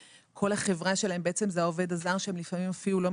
שבמקרים רבים העובד הזר שמטפל בהם הוא החברה היחידה